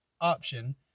option